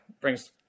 brings